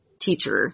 teacher